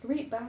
read bah